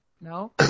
No